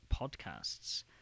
Podcasts